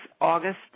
August